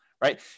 right